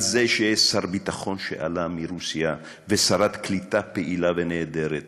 על זה שיש שר ביטחון שעלה מרוסיה ושרת קליטה פעילה ונהדרת,